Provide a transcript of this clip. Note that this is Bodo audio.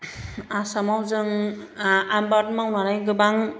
आसामाव जों आबाद मावनानै गोबां